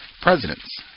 Presidents